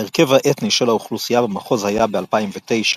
ההרכב האתני של האוכלוסייה במחוז היה ב-2009